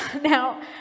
Now